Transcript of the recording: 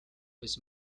was